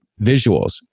visuals